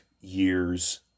years